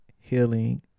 Healing